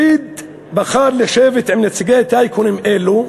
לפיד בחר לשבת עם נציגי טייקונים אלו.